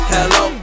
Hello